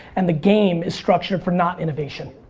and the game is structured for not innovation.